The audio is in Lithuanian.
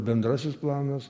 bendrasis planas